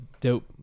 dope